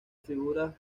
figuras